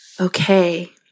Okay